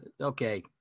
okay